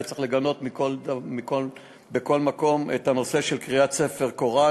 וצריך לגנות בכל מקום את הנושא של קריעת ספר קוראן,